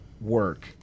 work